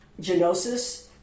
genosis